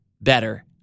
better